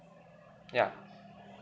ya